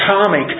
Atomic